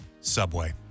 Subway